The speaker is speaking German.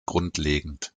grundlegend